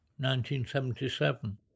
1977